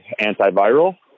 antiviral